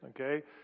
okay